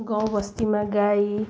गाउँबस्तीमा गाई